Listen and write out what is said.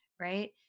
right